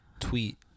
Tweet